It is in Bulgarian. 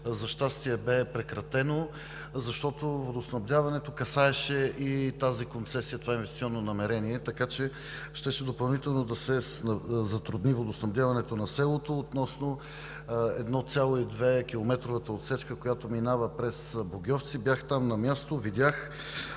за щастие, бе прекратено, защото водоснабдяването касаеше и тази концесия, това инвестиционно намерение. Така че щеше допълнително да се затрудни водоснабдяването на селото относно 1,2-километровата отсечка, която минава през Богьовци. Бях там на място, видях